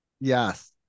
Yes